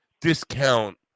discount